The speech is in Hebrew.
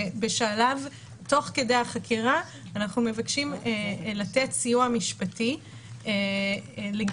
תוך כדי החקירה אנחנו מבקשים לתת סיוע משפטי לגיבוש